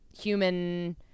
human